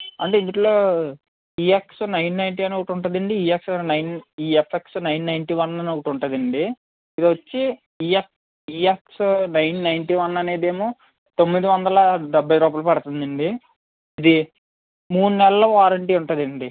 అంటే ఇందులో EX nine ninety అని ఒకటి ఉంటుందండి EX nine EFX nine ninety one అని ఒకటి ఉంటుందండి ఇది వచ్చి EX EX nine ninety one అనేది ఏమో తొమ్మిది వందల డెబ్భై రూపాయలు పడుతుందండి ఇది మూడు నెలలు వారెంటీ ఉంటుందండి